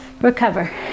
Recover